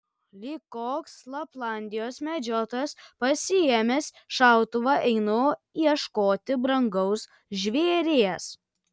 lyg koks laplandijos medžiotojas pasiėmęs šautuvą einu ieškoti brangaus žvėries